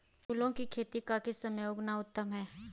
फूलों की खेती का किस मौसम में उगना उत्तम है?